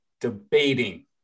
debating